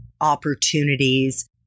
opportunities